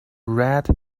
red